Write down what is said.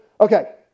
okay